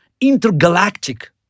intergalactic